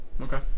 Okay